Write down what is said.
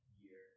year